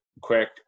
quick